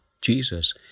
Jesus